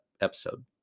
episode